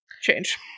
change